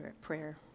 prayer